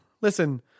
Listen